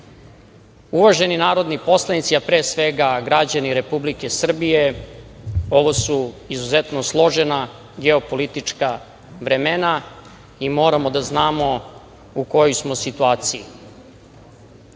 Srbiji. Uvaženi narodni poslanici, a pre svega građani Republike Srbije, ovo su izuzetno složena geopolitička vremena i moramo da znamo u kojoj smo situaciji.